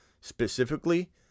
specifically